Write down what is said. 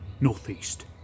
northeast